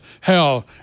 hell